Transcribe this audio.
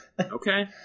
Okay